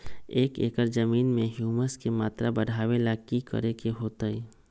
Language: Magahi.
एक एकड़ जमीन में ह्यूमस के मात्रा बढ़ावे ला की करे के होतई?